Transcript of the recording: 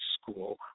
school